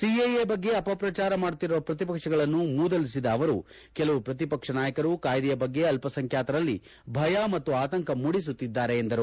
CAA ಬಗ್ಗೆ ಅಪ ಪ್ರಚಾರ ಮಾಡುತ್ತಿರುವ ಪ್ರತಿಪಕ್ಷಗಳನ್ನು ಮೂದಲಿಸಿದ ಅವರು ಕೆಲವು ಪ್ರತಿಪಕ್ಷ ನಾಯಕರು ಕಾಯಿದೆಯ ಬಗ್ಗೆ ಅಲ್ಪಸಂಖ್ಯಾತರಲ್ಲಿ ಭಯ ಮತ್ತು ಆತಂಕ ಮೂಡಿಸುತ್ತಿದ್ದಾರೆ ಎಂದರು